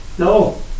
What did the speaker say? no